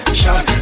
shot